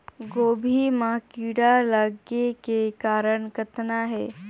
गोभी म कीड़ा लगे के कारण कतना हे?